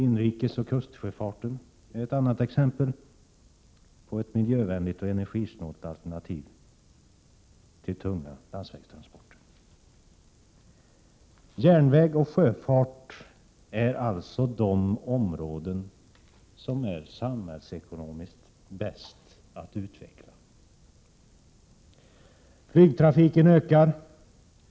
Inrikesoch kustsjöfarten är ett annat exempel på ett miljövänligt och energisnålt alternativ till tunga landsvägstransporter. Järnväg och sjöfart är alltså de områden som det är samhällsekonomiskt bäst att utveckla. Flygtrafiken ökar.